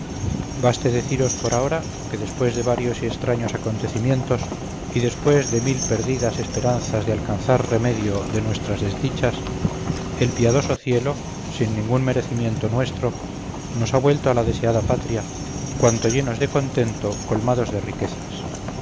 mía baste deciros por ahora que después de varios y estraños acontecimientos y después de mil perdidas esperanzas de alcanzar remedio de nuestras desdichas el piadoso cielo sin ningún merecimiento nuestro nos ha vuelto a la deseada patria cuanto llenos de contento colmados de riquezas